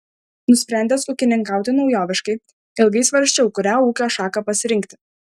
nusprendęs ūkininkauti naujoviškai ilgai svarsčiau kurią ūkio šaką pasirinkti